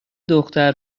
دختر